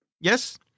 Yes